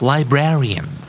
Librarian